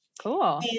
Cool